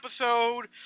episode